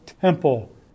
temple